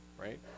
right